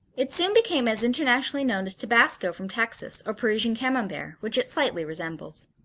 it soon became as internationally known as tabasco from texas or parisian camembert which it slightly resembles.